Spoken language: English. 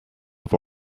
have